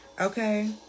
okay